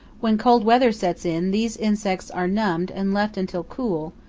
when cold weather sets in, these insects are numbed and left until cool,